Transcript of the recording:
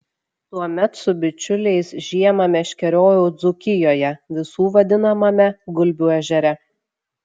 tuomet su bičiuliais žiemą meškeriojau dzūkijoje visų vadinamame gulbių ežere